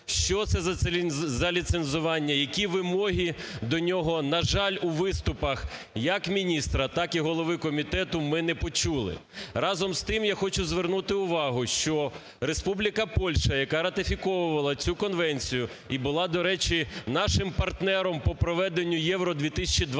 Що це за ліцензування? Які вимоги до нього? На жаль, у виступах як міністра, так і голови комітету, ми не почули. Разом з тим, я хочу звернути увагу, що Республіка Польща, яка ратифіковувала цю конвенцію і була, до речі, нашим партнером по проведенню "Євро 2012",